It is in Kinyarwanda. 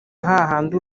hahandi